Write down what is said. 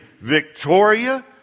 Victoria